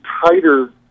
tighter